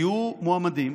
היו מועמדים